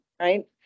right